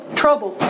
trouble